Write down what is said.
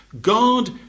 God